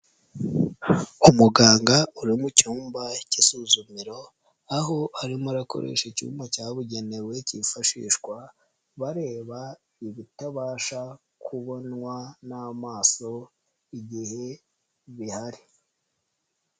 Umuganga uri mu cyumba k'isuzumiro aho arimo akoresha icyuma cyabugenewe kifashishwa bareba ibitabasha kubonwa n'amaso igihe bihari.